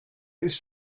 ist